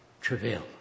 travail